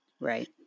Right